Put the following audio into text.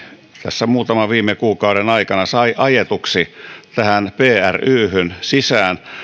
tässä muutaman viime kuukauden aikana sai ajetuksi pryhyn sisään